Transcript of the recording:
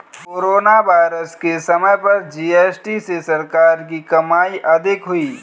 corona virus के समय पर जी.एस.टी से सरकार की कमाई अधिक हुई